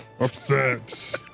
Upset